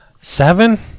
Seven